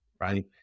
right